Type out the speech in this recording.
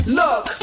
look